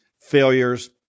failures